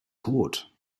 tot